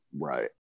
Right